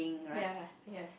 ya yes